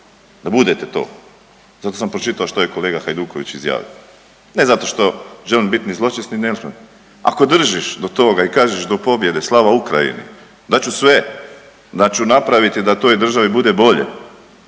da budete to. Zato sam pročitao što je kolega Hajduković izjavio, ne zato što želim biti zločest ni neozbiljan. Ako držiš do toga i kažeš do pobjede slava Ukrajini da ću sve, da ću napraviti da toj državi bude bolje